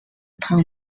town